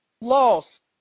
lost